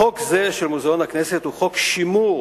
חוק זה של מוזיאון הכנסת הוא חוק שימור